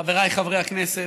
חבריי חברי הכנסת,